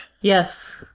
Yes